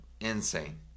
insane